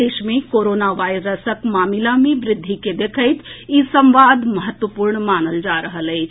देश मे कोरोना वायरसक मामिला मे वृद्धि के देखैत ई संवाद महत्वपूर्ण मानल जा रहल अछि